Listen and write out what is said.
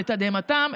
לתדהמתם,